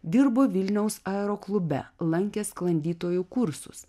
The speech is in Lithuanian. dirbo vilniaus aeroklube lankė sklandytojų kursus